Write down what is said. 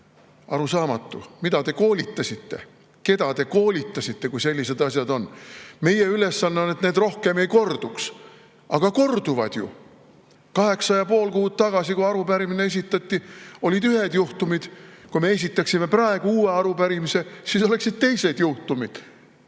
Arusaamatu, mida te koolitasite, keda te koolitasite, kui sellised asjad toimuvad. "Meie ülesanne on, et need rohkem ei korduks." Aga korduvad ju! Kaheksa ja pool kuud tagasi, kui arupärimine esitati, olid ühed juhtumid. Kui me esitaksime praegu uue arupärimise, siis oleksid teised juhtumid.